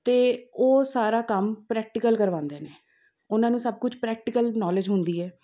ਅਤੇ ਉਹ ਸਾਰਾ ਕੰਮ ਪ੍ਰੈਕਟੀਕਲ ਕਰਵਾਉਂਦੇ ਨੇ ਉਹਨਾਂ ਨੂੰ ਸਭ ਕੁਛ ਪ੍ਰੈਕਟੀਕਲ ਨੌਲੇਜ ਹੁੰਦੀ ਹੈ